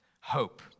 Hope